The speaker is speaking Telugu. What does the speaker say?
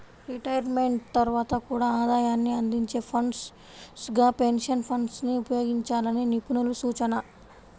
రిటైర్మెంట్ తర్వాత కూడా ఆదాయాన్ని అందించే ఫండ్స్ గా పెన్షన్ ఫండ్స్ ని ఉపయోగించాలని నిపుణుల సూచన